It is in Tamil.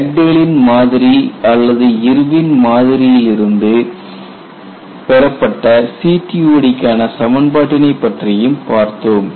டக்டேலின் மாதிரி அல்லது இர்வின் மாதிரியிலிருந்து Dugdale's model or Irwin's model பெறப்பட்ட CTOD க்கான சமன்பாட்டினை பற்றியும் பார்த்தோம்